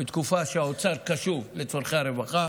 בשעה שהאוצר קשוב לצורכי הרווחה.